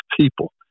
people